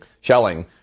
shelling